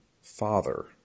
father